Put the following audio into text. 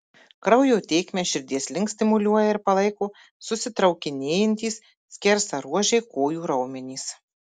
kraujo tėkmę širdies link stimuliuoja ir palaiko susitraukinėjantys skersaruožiai kojų raumenys